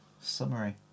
summary